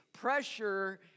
pressure